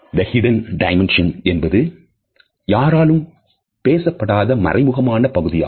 The Hidden Dimension என்பது யாராலும் பேசப்படாத மறைமுகமான பகுதியாகும்